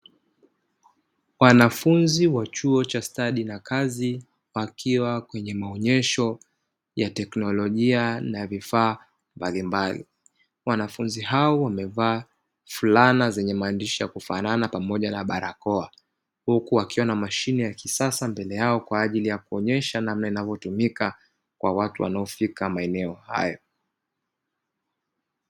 wanafunzi wa chuo cha stadi na kazi wakiwa kwenye maonyesho ya teknolojia na vifaa mbalimbali, wanafunzi hao wamevaa fulana zenye maandishi ya kufanana pamoja na barakoa, huku wakiwa na mashine ya kisasa mbele yao kwaajili ya kuonesha namna inavyotumika kwa watu wanaofika maeneo hayo.